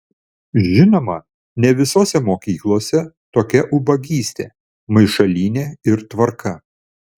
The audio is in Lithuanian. žinoma ne visose mokyklose tokia ubagystė maišalynė ir tvarka